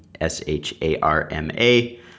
S-H-A-R-M-A